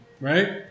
right